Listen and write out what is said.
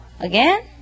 Again